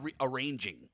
arranging